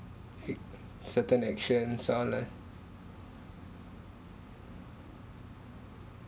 like certain action